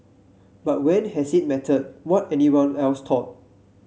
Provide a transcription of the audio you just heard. but when has it mattered what anyone else thought